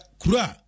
kura